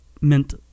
meant